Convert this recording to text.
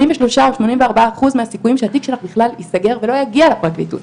84 אחוז מהסיכויים שהתיק שלך בכלל ייסגר ולא יגיע לפרקליטות.